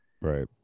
Right